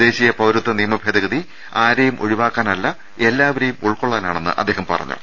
ദേശീയ പൌരത്വ നിയമ ഭേദഗതി ആരെയും ഒഴിവാക്കാനല്ല എല്ലാവരെയും ഉൾകൊള്ളാനാണെന്നും അദ്ദേഹം പറഞ്ഞു